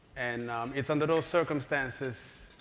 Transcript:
and it's under those circumstances